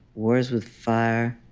wars with fire,